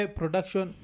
production